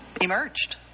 emerged